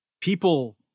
People